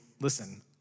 listen